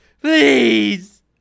Please